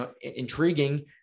intriguing